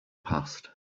passed